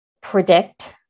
predict